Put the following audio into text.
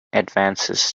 advances